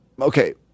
Okay